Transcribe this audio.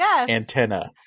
antenna